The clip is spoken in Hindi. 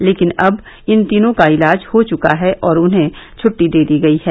लेकिन अब इन तीनों का इलाज हो चुका है और उन्हें छुट्टी दे दी गई है